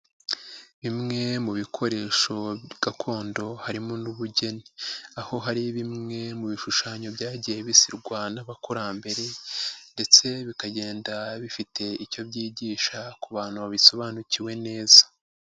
Bimwe mu bikoresho gakondo harimo n'ubugeni, aho hari bimwe mu bishushanyo byagiye bisirwa n'abakurambere ndetse bikagenda bifite icyo byigisha ku bantu babisobanukiwe neza.